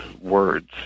words